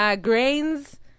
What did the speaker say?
grains